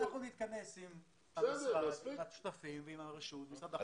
אנחנו נתכנס עם השותפים ועם הרשות ומשרד החוץ.